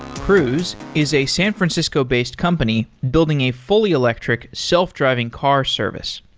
cruise is a san francisco based company building a fully electric, self-driving car service.